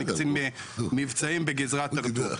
אני קצין מבצעים בגזרת ---.